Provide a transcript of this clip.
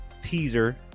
teaser